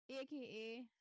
aka